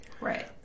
Right